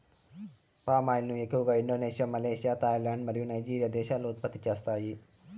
palm oil ను ఎక్కువగా Indonesia, Malaysia, Thailand మరియు నైజీరియా దేశాలు ఉత్పత్తి చేస్తాయి